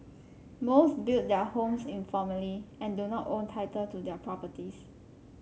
most built their homes informally and do not own title to their properties